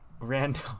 random